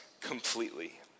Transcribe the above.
completely